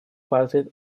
портрет